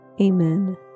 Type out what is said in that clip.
Amen